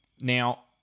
now